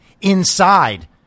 inside